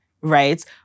right